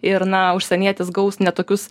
ir na užsienietis gaus ne tokius